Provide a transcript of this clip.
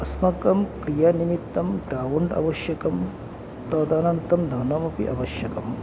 अस्माकं क्रीडानिमित्तं ग्रौण्ड् आवश्यकं तदनन्तरं धनमपि आवश्यकम्